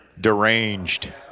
deranged